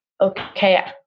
okay